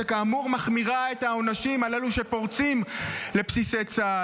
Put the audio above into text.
שכאמור מחמירה את העונשים לאלה שפורצים לבסיסי צה"ל.